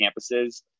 campuses